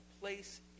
place